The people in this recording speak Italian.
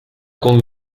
con